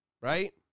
right